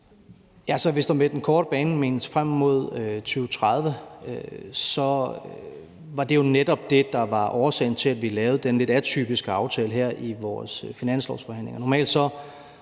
Hvis der med den korte bane menes frem mod 2030, var det jo netop det, der var årsagen til, at vi lavede den lidt atypiske aftale her i vores finanslovsforhandlinger. Normalt er